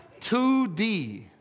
2D